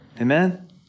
Amen